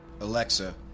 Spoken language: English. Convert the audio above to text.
Alexa